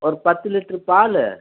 ஒரு பத்து லிட்ரு பால்